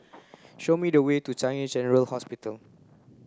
show me the way to Changi General Hospital